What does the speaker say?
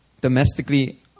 domestically